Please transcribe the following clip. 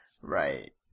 Right